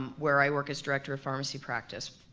where i work as director of pharmacy practice.